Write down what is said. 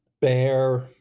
bear